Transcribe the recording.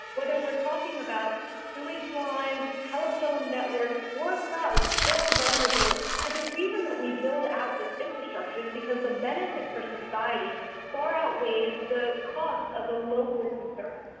whether we're talking about sewage lines, telephone networks or clouds, there are vulnerabilities. but the reason that we build out this infrastructure is because the benefit for society far outweighs the costs of the local concerns.